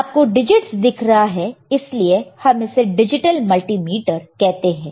आपको डिजिट्स दिख रहा है इसलिए हम इसे डिजिटल मल्टीमीटर कहते हैं